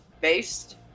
based